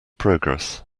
progress